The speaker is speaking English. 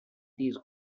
these